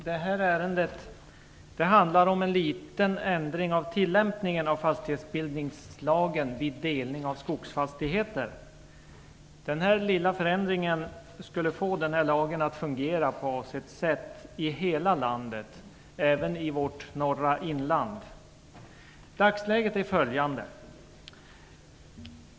Fru talman! Detta ärende gäller en liten ändring i tillämpningen av fastighetsbildningslagen vid delning av skogsfastigheter. Den lilla förändringen skulle få lagen att fungera på avsett sätt i hela landet, även i vårt norra inland. Dagsläget är följande.